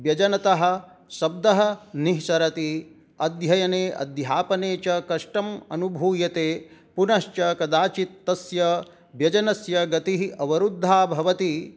व्यजनतः शब्दः निस्सरति अध्ययने अध्यापने च कष्टम् अनुभूयते पुनश्च कदाचित् तस्य व्यजनस्य गतिः अवरुद्धा भवति